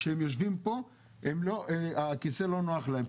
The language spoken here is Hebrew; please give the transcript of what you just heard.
כשהם יושבים פה הכיסא לא נוח להם.